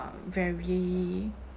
um very